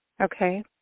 Okay